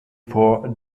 for